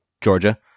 Georgia